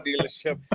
dealership